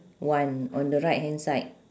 one on the right hand side